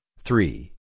three